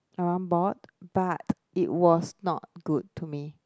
everyone bought but it was not good to me